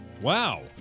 Wow